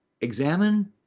Examine